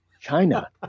China